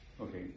Okay